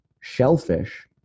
shellfish